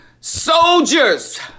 Soldiers